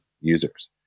users